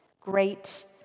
Great